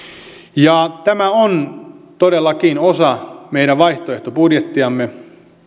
tämä on todellakin osa meidän vaihtoehtobudjettiamme